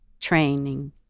training